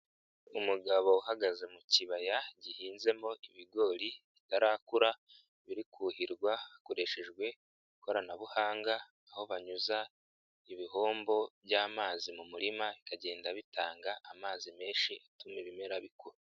Umugabo uhagaze mu kibaya gihinzemo ibigori bitarakura, biri kuhirwa hakoreshejwe ikoranabuhanga, aho banyuza ibihombo by'amazi mu murima, bikagenda bitanga amazi menshi atuma ibimera bikura.